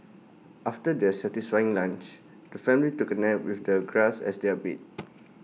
after their satisfying lunch the family took A nap with the grass as their bed